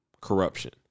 corruption